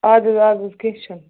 آدٕ حَظ ادٕ حَظ کیٚنٛہہ چھُنہٕ